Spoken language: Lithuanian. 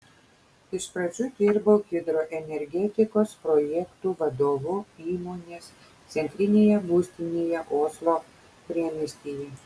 iš pradžių dirbau hidroenergetikos projektų vadovu įmonės centrinėje būstinėje oslo priemiestyje